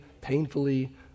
painfully